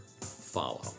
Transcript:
follow